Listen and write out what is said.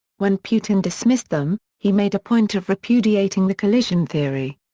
when putin dismissed them, he made a point of repudiating the collision theory.